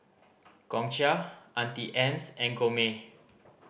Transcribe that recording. Gongcha Auntie Anne's and Gourmet